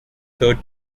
third